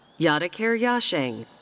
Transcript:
yadikaer yasheng.